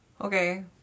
Okay